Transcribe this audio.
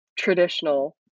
Traditional